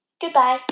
Goodbye